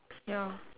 ya